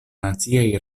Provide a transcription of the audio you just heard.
naciaj